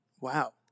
Wow